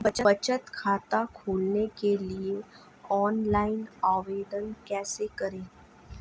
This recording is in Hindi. बचत खाता खोलने के लिए ऑनलाइन आवेदन कैसे करें?